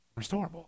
restorable